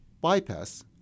bypass